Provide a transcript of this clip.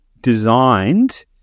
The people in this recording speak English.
designed